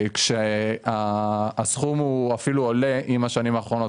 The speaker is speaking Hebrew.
והסכום עולה בשנים האחרונות.